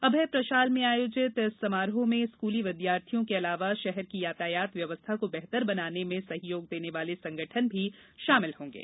अभय प्रषाल में आयोजित इस समारोह में स्कूली विद्यार्थियों के अलावा षहर की यातायात व्यवस्था को बेहतर बनाने में सहयोग देने वाले संगठन भी षामिल होंगे